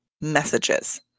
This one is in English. messages